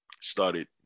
started